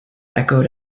echoed